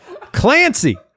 Clancy